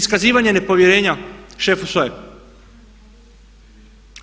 Iskazivanje nepovjerenja šefu SOA-e.